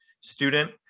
student